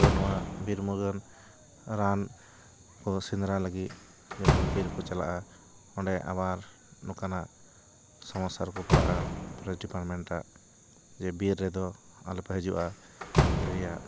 ᱛᱚ ᱱᱚᱣᱟ ᱵᱤᱨ ᱨᱟᱱ ᱨᱟᱱ ᱠᱚ ᱥᱮᱸᱫᱽᱨᱟ ᱞᱟᱹᱜᱤᱫ ᱡᱚᱠᱷᱚᱱ ᱵᱤᱨ ᱠᱚ ᱪᱟᱞᱟᱜᱼᱟ ᱚᱸᱰᱮ ᱟᱵᱟᱨ ᱱᱚᱠᱟᱱᱟᱜ ᱥᱳᱢᱳᱥᱟ ᱨᱮᱠᱚ ᱯᱟᱲᱟᱜᱼᱟ ᱯᱷᱚᱨᱮᱥ ᱰᱤᱯᱟᱨᱢᱮᱱᱴ ᱨᱮ ᱡᱮ ᱵᱤᱨ ᱨᱮᱫᱚ ᱟᱞᱚ ᱯᱮ ᱦᱟᱹᱡᱩᱜᱼᱟ ᱵᱤᱨ ᱨᱮᱭᱟᱜ